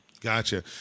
Gotcha